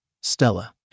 Stella